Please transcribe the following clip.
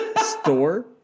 store